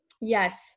Yes